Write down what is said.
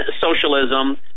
socialism